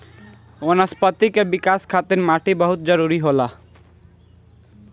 वनस्पति के विकाश खातिर माटी बहुत जरुरी होला